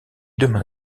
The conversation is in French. demain